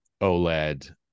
OLED